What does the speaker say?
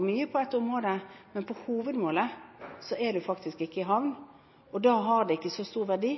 mye på et område, men på hovedmålet er du faktisk ikke i havn. Og da har det ikke så stor verdi,